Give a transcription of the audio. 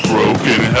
Broken